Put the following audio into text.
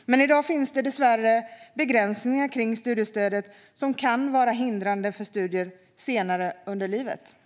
Fru talman! I dag finns det dessvärre begränsningar i studiestödet som kan vara hindrande för studier senare under livet.